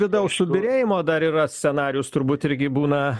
vidaus subyrėjimo dar yra scenarijus turbūt irgi būna